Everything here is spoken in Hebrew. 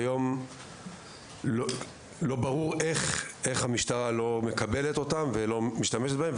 היום לא ברור איך המשטרה לא מקבלת אותם ולא משתמשת בהם,